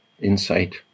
insight